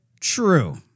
True